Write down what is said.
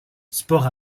sport